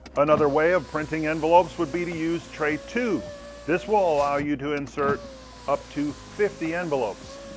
another way of printing envelopes would be to use tray two this will allow you to insert up to fifty envelopes.